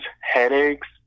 headaches